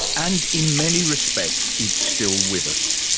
and in many respects it's still with us.